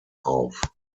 auf